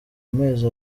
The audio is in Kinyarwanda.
amezi